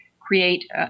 create